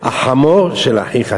החמור של אחיך.